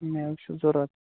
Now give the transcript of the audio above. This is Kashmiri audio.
میٚوٕ چھُو ضروٗرت